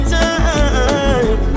time